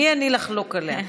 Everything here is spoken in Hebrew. מי אני לחלוק עליה?